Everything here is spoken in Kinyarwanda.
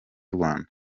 rwanda